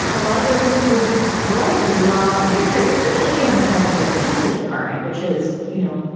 a lot of those things will be likely lost to history, especially given the current state of the justice department, which is, you know,